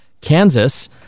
Kansas